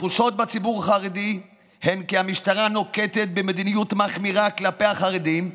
התחושות בציבור החרדי הן כי המשטרה נוקטת מדיניות מחמירה כלפי החרדים,